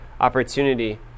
opportunity